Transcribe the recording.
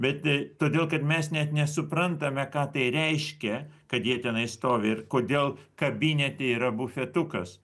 bet todėl kad mes net nesuprantame ką tai reiškia kad jie tenai stovi ir kodėl kabinete yra bufetukas